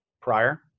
prior